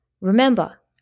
remember